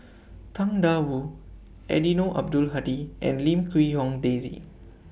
Tang DA Wu Eddino Abdul Hadi and Lim Quee Hong Daisy